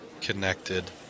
connected